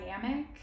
dynamic